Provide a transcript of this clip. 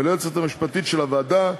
וליועצת המשפטית של הוועדה.